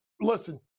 listen